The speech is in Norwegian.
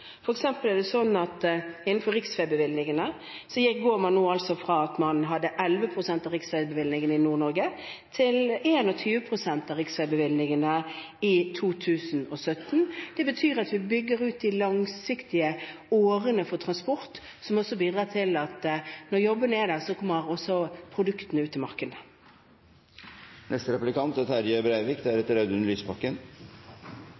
er det slik at når det gjelder riksveibevilgninger, går man fra at Nord-Norge fikk 11 pst. til at de får 21 pst. av riksveibevilgningene i 2017. Det betyr at vi bygger ut de langsiktige årene for transport, som også bidrar til at når jobbene er der, kommer også produktene ut til markedene. Terje Breivik